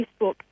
Facebook